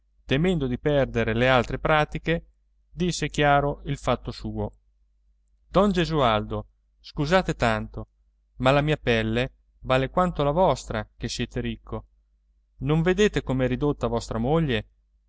temendo di perdere le altre pratiche disse chiaro il fatto suo don gesualdo scusate tanto ma la mia pelle vale quanto la vostra che siete ricco non vedete com'è ridotta vostra moglie